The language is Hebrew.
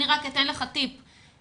אני אתן לך טיפ.